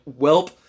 welp